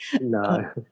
No